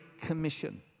commission